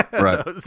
Right